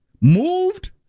Moved